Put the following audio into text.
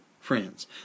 friends